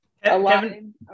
kevin